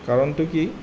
কাৰণটো কি